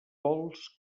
pols